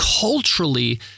culturally